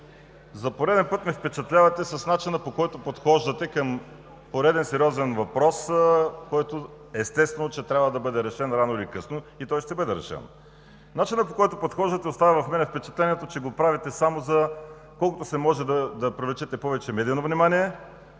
за пореден път ме впечатлявате с начина, по който подхождате към пореден сериозен въпрос, който, естествено, че трябва да бъде решен рано или късно и той ще бъде решен. Начинът, по който подхождате, остава в мен впечатлението, че го правите само за да привлечете колкото се може повече медийно внимание,